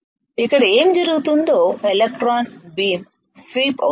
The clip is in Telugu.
ఇక్కడ ఏమి జరుగుతుందో ఎలక్ట్రాన్ బీమ్ స్వీప్ అవుతుంది